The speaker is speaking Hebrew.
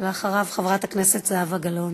ואחריו, חברת הכנסת זהבה גלאון.